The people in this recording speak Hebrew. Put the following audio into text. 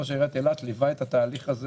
ראש עיריית אילת ליווה את התהליך הזה